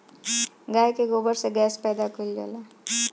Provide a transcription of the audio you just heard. गाय के गोबर से गैस पैदा कइल जाला